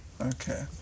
Okay